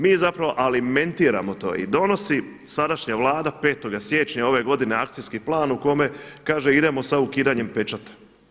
Mi zapravo alimentiramo to i donosi sadašnja Vlada 5. siječnja ove godine akcijski plan u kome kaže idemo sa ukidanjem pečata.